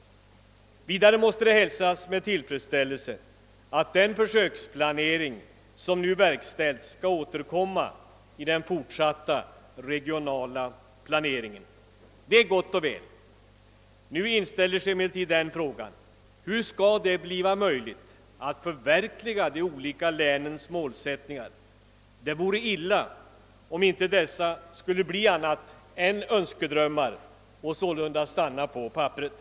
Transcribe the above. Vidare måste det hälsas med tillfredsställelse att den försöksplanering som nu verkställts skall återkomma i den fortsatta regionala planeringen. Det är gott och väl men då inställer sig frågan: Hur skall det bli möjligt att förverkliga de olika länens målsättningar? Det vore illa om dessa inte skulle bli annat än önskedrömmar och sålunda stanna på papperet.